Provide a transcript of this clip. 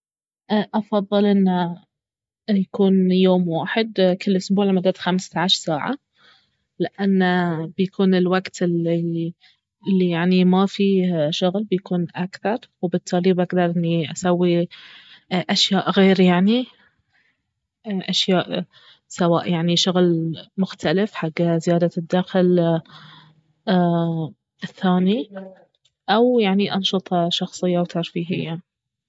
افضل انه يكون يوم واحد كل أسبوع لمدة خمسة عشر ساعة لانه بيكون الوقت الي- الي يعني ما فيه شغل بيكون اكثر وبالتالي بقدر اني اسوي اشياء غير يعني أشياء سواء يعني شغل مختلف حق زيادة الدخل الثاني او يعني أنشطة شخصية وترفيهية